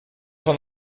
van